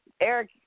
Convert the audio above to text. Eric